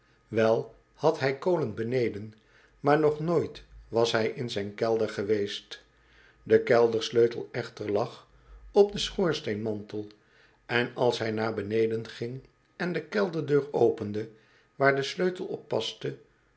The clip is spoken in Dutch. wel had hij kolen beneden maar nog nooit was hij in zijn kelder geweest de keldersleutel echter lag op den schoorsteenmantel en als hij naar beneden ging en de kelderdeur opende waar de sleutel op